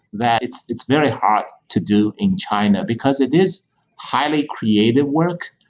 that it's it's very hard to do in china, because it is highly creative work.